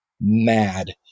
mad